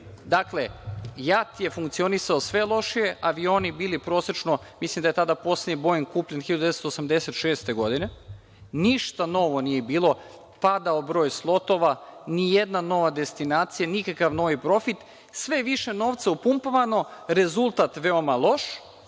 ne, JAT je funkcionisao sve lošije. Avioni su bili prosečne starosti, mislim da je poslednji Boing kupljen 1986. godine. Ništa novo nije bilo. Padao je broj slotova, nijedna nova destinacija, nikakav nov profit. Sve je više novca upumpavano, rezultat veoma loš